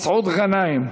מסעוד גנאים.